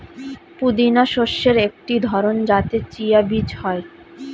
পুদিনা শস্যের একটি ধরন যাতে চিয়া বীজ হয়